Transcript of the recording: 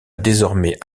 désormais